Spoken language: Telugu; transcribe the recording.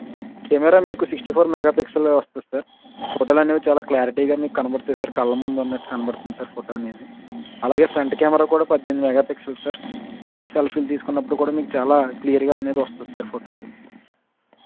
కెమెరా మీకు సిక్స్టీ ఫోర్ మెగా పిక్సెల్లో వస్తుంది సార్ ఫొటోలు అనేవి చాలా క్లారిటీగా మీకు కనపడతాయి సార్ కళ్ళముందు ఉన్నట్టు కనపడుతుంది సార్ ఫోటో అనేది అలాగే ఫ్రంట్ కెమెరా కూడా పద్దెనిమిది మెగా పిక్సల్స్ సార్ ఫ్రంట్ సెల్ఫీలు తీసుకున్నపుడు కూడా మీకు చాలా క్లియర్గా అనేది వస్తుంది సార్ ఫోటోలు